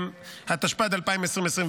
התשפ"ד,2024.